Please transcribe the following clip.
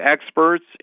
experts